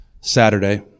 Saturday